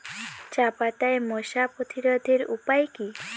চাপাতায় মশা প্রতিরোধের উপায় কি?